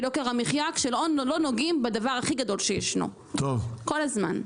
יוקר המחייה כשלא נוגעים בדבר הכי גדול שישנו כל הזמן.